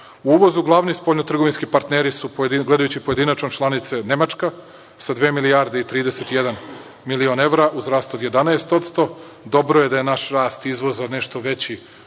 uvozu glavni spoljno-trgovinski partneri su, gledajući pojedinačno, članice: Nemačka sa dve milijarde i 31 milion evra, u zdravstvu 11%. Dobro je da je naš rast izvoza nešto veći